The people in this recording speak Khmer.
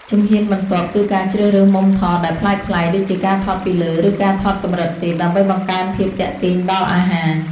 ជំហានបន្ទាប់ គឺការជ្រើសរើសមុំថតដែលប្លែកៗ ដូចជាការថតពីលើ ឬការថតកម្រិតទាប ដើម្បីបង្កើនភាពទាក់ទាញដល់អាហារ។